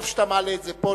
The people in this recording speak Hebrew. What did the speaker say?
טוב שאתה מעלה את זה פה.